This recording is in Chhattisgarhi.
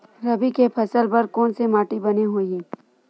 रबी के फसल बर कोन से माटी बने होही?